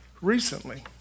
recently